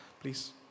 please